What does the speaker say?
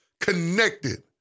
connected